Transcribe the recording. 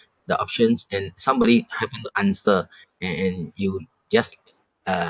the options and somebody haven't answer a~ and you just uh